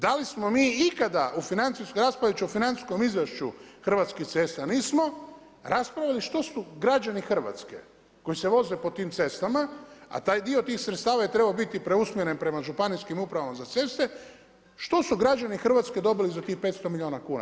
Da li smo mi ikada u financijskoj, raspraviti ću o financijskom izvješću Hrvatskih ceste, nismo raspravili što su građani Hrvatske koji se voze po tim cestama a taj dio tih sredstava je trebao biti prema županijskim upravama za ceste što su građani Hrvatske dobili za tih 500 milijuna kuna.